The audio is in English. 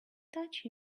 touch